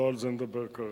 לא על זה נדבר כרגע.